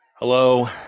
Hello